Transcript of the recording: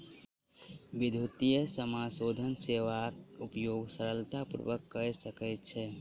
विद्युतीय समाशोधन सेवाक उपयोग सरलता पूर्वक कय सकै छै